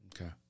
Okay